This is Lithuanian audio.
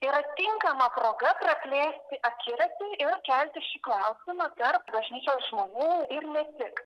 yra tinkama proga praplėsti akiratį ir kelti šį klausimą tarp bažnyčios žmonių ir ne tik